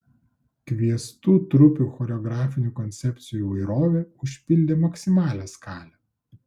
kviestų trupių choreografinių koncepcijų įvairovė užpildė maksimalią skalę